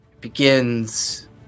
begins